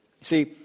See